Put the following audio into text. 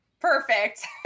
perfect